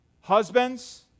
Husbands